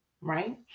right